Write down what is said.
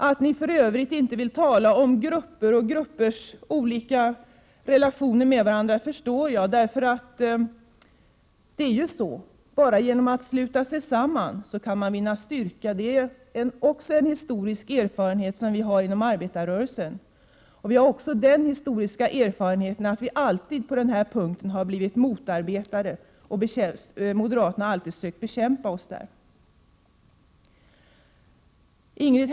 Att ni för övrigt inte vill tala om grupper och gruppers olika relationer till varandra förstår jag, för det är ju genom att sluta sig samman som man vinner styrka. Det är en historisk erfarenhet som vi inom arbetarrörelsen har. Vi har också den historiska erfarenheten att vi på denna punkt alltid har blivit motarbetade. Moderaterna har ju alltid försökt att bekämpa oss i detta avseende.